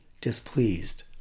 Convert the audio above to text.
displeased